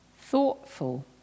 thoughtful